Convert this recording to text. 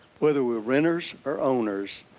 whether we're renters or owners,